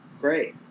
great